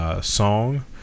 song